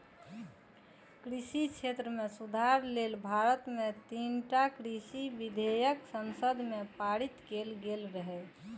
कृषि क्षेत्र मे सुधार लेल भारत मे तीनटा कृषि विधेयक संसद मे पारित कैल गेल रहै